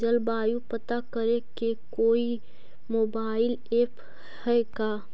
जलवायु पता करे के कोइ मोबाईल ऐप है का?